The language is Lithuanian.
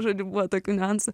žodžiu buvo tokių niuansų